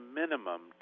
minimum